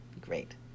great